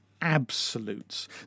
absolutes